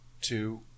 two